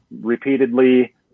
repeatedly